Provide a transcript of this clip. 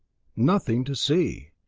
nothing to see,